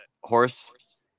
horse